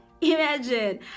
Imagine